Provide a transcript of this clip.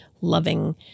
loving